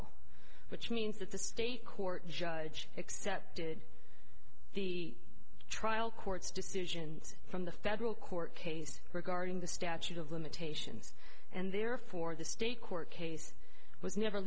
estoppel which means that the state court judge excepted the trial court's decision from the federal court case regarding the statute of limitations and therefore the state court case was never